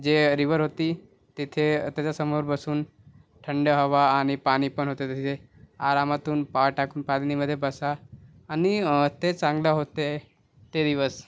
जे रिव्हर होती तिथे त्याच्यासमोर बसून थंड हवा आणि पाणी पण होतं तिथे आरामातून पाय टाकून पाणीमध्ये बसा आणि ते चांगलं होते ते दिवस